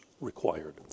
required